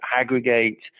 aggregate